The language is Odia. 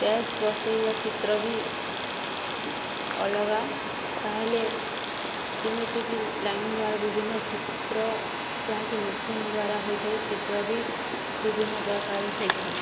ଟ୍ୟାସ୍ ବସେଇବା ଚିତ୍ର ବି ଅଲଗା ତାହେଲେ ଯେମିତିକି ଲାଇନ ଦ୍ୱାରା ବିଭିନ୍ନ ଚିତ୍ର ଯାହାକି ମେସିନ ଦ୍ୱାରା ହୋଇଥାଏ ଚିତ୍ର ବି ବିଭିନ୍ନ ପ୍ରକାର ହୋଇଥାଏ